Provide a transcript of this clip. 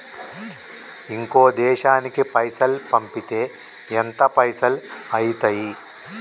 ఇంకో దేశానికి పైసల్ పంపితే ఎంత పైసలు అయితయి?